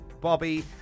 Bobby